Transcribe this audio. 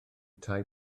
tai